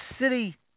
City